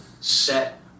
set